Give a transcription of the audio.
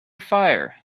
fire